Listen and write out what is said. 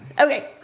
okay